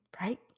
right